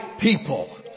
people